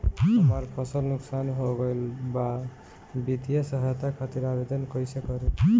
हमार फसल नुकसान हो गईल बा वित्तिय सहायता खातिर आवेदन कइसे करी?